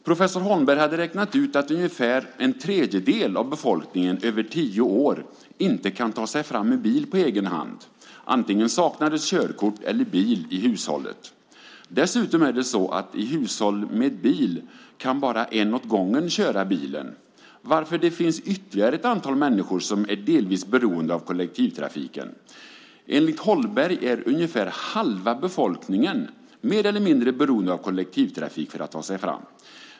Professor Holmberg hade räknat ut att ungefär en tredjedel av befolkningen över tio år inte kan ta sig fram med bil på egen hand. Antingen saknades körkort eller bil i hushållet. Dessutom är det så att i hushåll med bil kan bara en åt gången köra bilen, varför det finns ytterligare ett antal människor som är delvis beroende av kollektivtrafiken. Enligt Holmberg är ungefär halva befolkningen mer eller mindre beroende av kollektivtrafik för att ta sig fram.